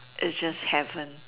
is just heaven